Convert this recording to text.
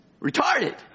Retarded